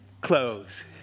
close